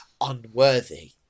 unworthy